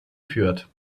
führt